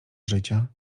życia